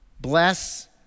bless